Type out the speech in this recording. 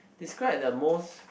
describe the most